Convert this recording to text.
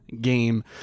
game